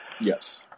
Yes